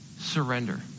surrender